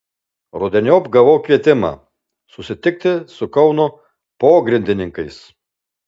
rudeniop gavau kvietimą susitikti su kauno pogrindininkais